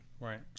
right